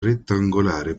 rettangolare